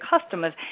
customers